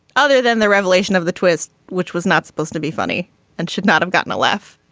other than the revelation of the twist which was not supposed to be funny and should not have gotten a laugh